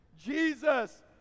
Jesus